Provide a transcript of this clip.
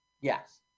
Yes